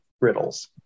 riddles